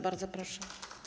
Bardzo proszę.